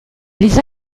les